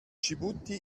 dschibuti